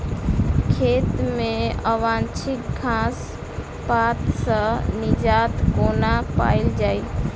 खेत मे अवांछित घास पात सऽ निजात कोना पाइल जाइ?